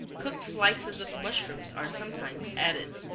cooked slices of mushrooms are sometimes added.